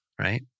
right